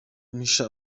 mpisha